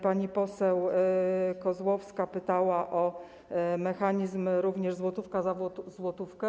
Pani poseł Kozłowska pytała o mechanizm złotówka za złotówkę.